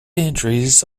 entries